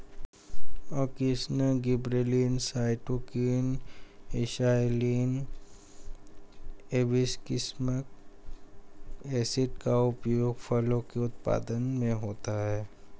auxin, gibberellins, cytokine, ethylene, abscisic acid का उपयोग फलों के उत्पादन में होता है